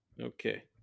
okay